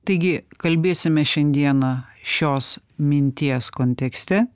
taigi kalbėsime šiandieną šios minties kontekste